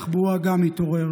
גם שר התחבורה יתעורר,